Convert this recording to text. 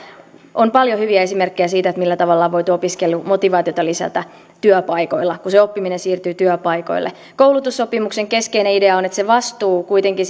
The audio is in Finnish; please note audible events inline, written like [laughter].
on paljon hyviä esimerkkejä siitä millä tavalla on voitu opiskelumotivaatiota lisätä työpaikoilla kun se oppiminen siirtyy työpaikoille koulutussopimuksen keskeinen idea on että se vastuu kuitenkin [unintelligible]